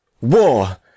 War